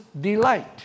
delight